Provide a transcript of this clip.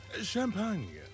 Champagne